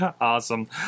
awesome